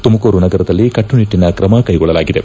ತುಮಕೂರು ನಗರದಲ್ಲಿ ಕಟ್ಪುನಿಟ್ಲಿನ ಕ್ರಮ ಕ್ಟಿಗೊಳ್ಳಲಾಗಿದೆ